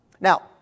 Now